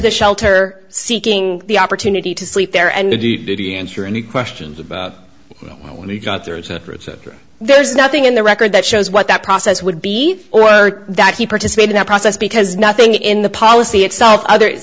the shelter seeking the opportunity to sleep there and he did he answer any questions about when he got there is it or is it there's nothing in the record that shows what that process would be or that he participate in that process because nothing in the policy itself other